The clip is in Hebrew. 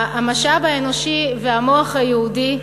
המשאב האנושי והמוח היהודי,